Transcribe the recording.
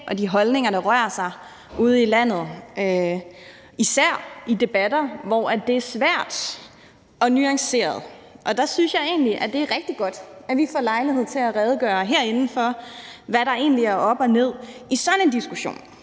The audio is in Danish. og de holdninger, der rører sig ude i landet, især i debatter, hvor det er svært og nuanceret. Og der synes jeg egentlig, at det er rigtig godt, at vi får lejlighed til herinde at redegøre for, hvad der egentlig er op og ned i sådan en diskussion.